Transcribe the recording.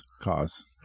Cause